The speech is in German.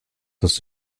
das